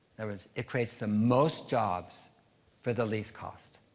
and words, it creates the most jobs for the least cost.